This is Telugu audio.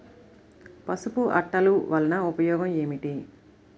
పసుపు అట్టలు వలన ఉపయోగం ఏమిటి?